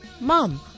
Mom